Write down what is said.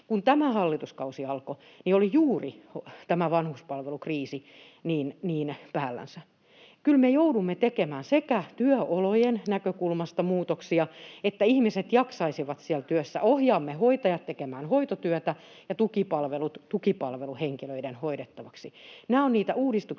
Kun tämä hallituskausi alkoi, niin oli juuri tämä vanhuspalvelukriisi päällänsä. Kyllä me joudumme tekemään työolojen näkökulmasta muutoksia, että ihmiset jaksaisivat siellä työssä, ohjaamme hoitajat tekemään hoitotyötä ja tukipalvelut tukipalveluhenkilöiden hoidettavaksi. Nämä ovat niitä uudistuksia,